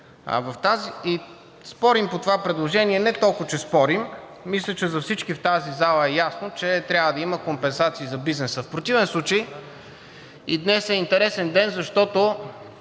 Спорим по това предложение – не толкова, че спорим, мисля, че за всички в тази зала е ясно, че трябва да има компенсации за бизнеса, в противен случай… И днес е интересен ден, защото